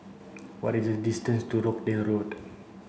what is the distance to Rochdale Road